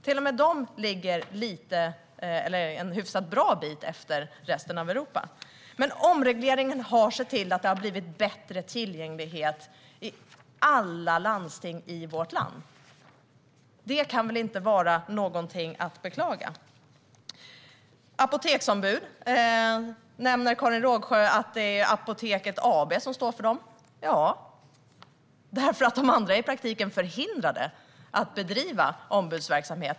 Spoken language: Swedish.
Till och med Jämtland ligger alltså en bra bit efter resten av Europa. Men omregleringen har sett till att tillgängligheten har blivit bättre i alla landsting i vårt land. Det kan väl inte vara någonting att beklaga. Karin Rågsjö nämnde att det är Apoteket AB som står för apoteksombud. Så är det, därför att de andra i praktiken är förhindrade att bedriva ombudsverksamhet.